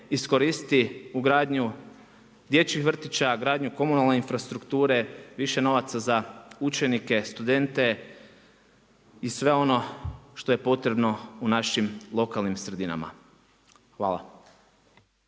iskoristi u gradnju dječjih vrtića, gradnju komunalne infrastrukture, više novaca za učenike, studente i sve ono što je potrebno u našim lokalnim sredinama. Hvala.